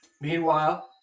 Meanwhile